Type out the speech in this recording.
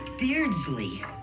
Beardsley